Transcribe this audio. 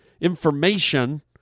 information